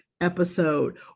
episode